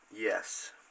Yes